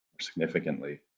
significantly